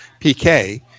PK